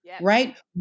right